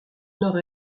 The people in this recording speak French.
nord